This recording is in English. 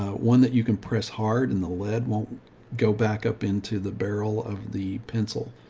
ah one that you can press hard and the lead won't go back up into the barrel of the pencil.